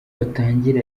batangira